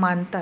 मानतात